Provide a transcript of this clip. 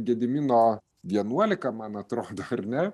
gedimino vienuolika man atrodo ar ne